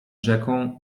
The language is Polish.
rzeką